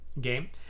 game